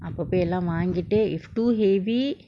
அப்ப போய் எல்லாம் வாங்கிட்டு:appa poai ellam vangittu if too heavy